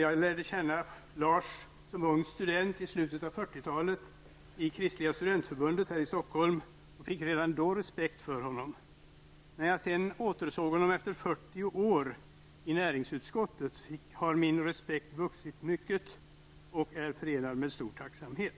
Jag lärde känna Lars som ung student i slutet av 40 talet i Kristliga Studentförbundet här i Stockholm och fick redan då respekt för honom. När jag sedan återsåg honom i näringsutskottet efter 40 år har min respekt vuxit mycket och är i dag förenad med stor tacksamhet.